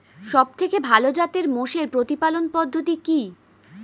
সবথেকে ভালো জাতের মোষের প্রতিপালন পদ্ধতি কি?